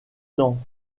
dans